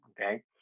Okay